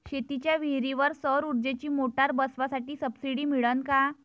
शेतीच्या विहीरीवर सौर ऊर्जेची मोटार बसवासाठी सबसीडी मिळन का?